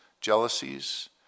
jealousies